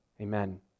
Amen